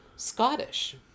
Scottish